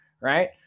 right